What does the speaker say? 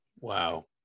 Wow